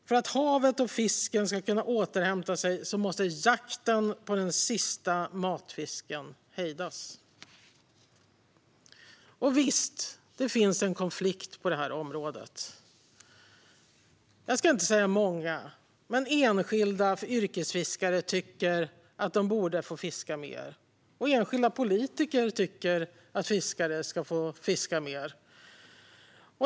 För att havet och fisken ska kunna återhämta sig måste jakten på den sista matfisken hejdas. Visst, det finns en konflikt på det här området. Enskilda yrkesfiskare - jag ska inte säga att de är många - tycker att de borde få fiska mer. Och enskilda politiker tycker att fiskare ska få fiska mer.